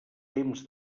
temps